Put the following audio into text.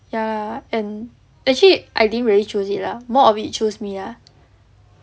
ya and actually I didn't really choose it lah more of it choose me ah